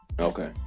Okay